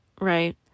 right